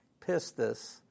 pistis